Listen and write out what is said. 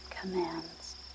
commands